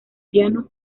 piano